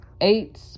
eight